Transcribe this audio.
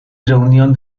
reunión